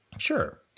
Sure